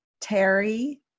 Terry